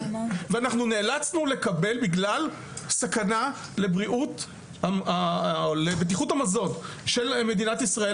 בגלל סכנה לבריאות ובטיחות המזון של מדינת ישראל,